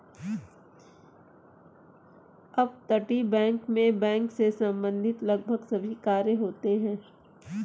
अपतटीय बैंक मैं बैंक से संबंधित लगभग सभी कार्य होते हैं